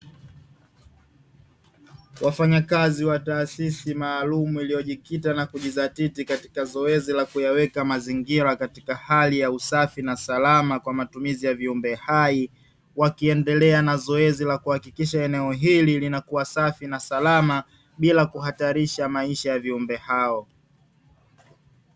Wafanyakazi wa taasisi maalum iliyojikita na kujizatiti katika zoezi la kuyaweka mazingira katika hali ya usafi na salama kwa matumizi ya viumbe hai, wakiendelea na zoezi la kuhakikisha eneo hili linakuwa safi na salama bila kuhatarisha maisha ya viumbe hao.